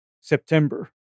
september